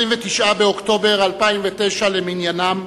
29 באוקטובר 2009 למניינם,